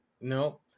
No